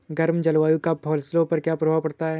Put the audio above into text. गर्म जलवायु का फसलों पर क्या प्रभाव पड़ता है?